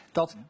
dat